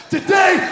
Today